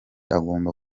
agomba